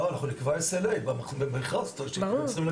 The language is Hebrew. לא, אנחנו נקבע SLA במרחב, זאת אומרת שהם